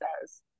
says